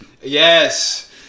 Yes